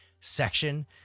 section